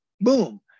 boom